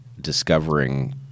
discovering